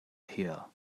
here